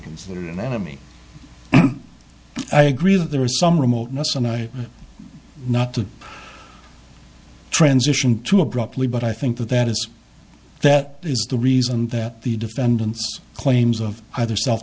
consider it an enemy i agree that there is some remoteness and i not to transition to abruptly but i think that that is that is the reason that the defendant's claims of either self